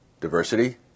Diversity